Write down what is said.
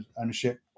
ownership